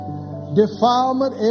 defilement